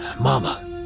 Mama